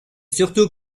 surtout